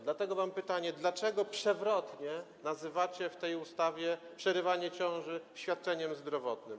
Dlatego mam pytanie, dlaczego przewrotnie nazywacie w tej ustawie przerywanie ciąży świadczeniem zdrowotnym.